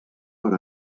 per